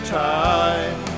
time